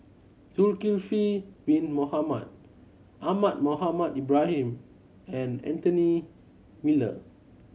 Zulkifli Bin Mohamed Ahmad Mohamed Ibrahim and Anthony Miller